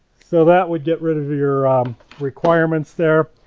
so that would get rid of your requirements there,